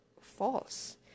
false